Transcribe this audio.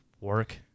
work